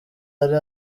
ari